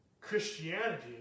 Christianity